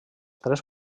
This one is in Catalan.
tres